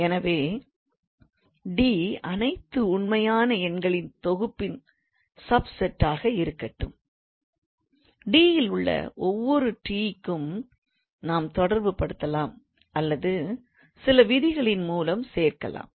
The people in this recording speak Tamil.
எனவே D அனைத்து உண்மையான எண்களின் தொகுப்பின் சப்செட்டாக இருக்கட்டும் D இல் உள்ள ஒவ்வொரு t க்கும் நாம் தொடர்புபடுத்தலாம் அல்லது சில விதிகளின் மூலம் சேர்க்கலாம்